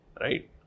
right